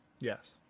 Yes